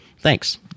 Thanks